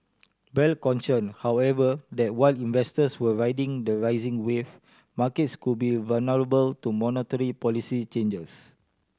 bell cautioned however that while investors were riding the rising wave markets could be vulnerable to monetary policy changes